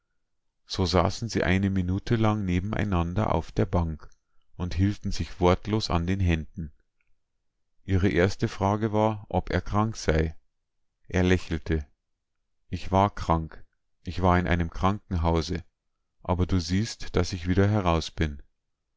so saßen sie eine minute lang nebeneinander auf der bank und hielten sich wortlos an den händen ihre erste frage war ob er krank sei er lächelte ich war krank ich war in einem krankenhause aber du siehst daß ich wieder heraus bin